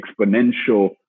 exponential